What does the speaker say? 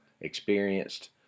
experienced